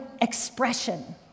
expression